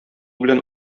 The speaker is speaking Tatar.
белән